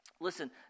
Listen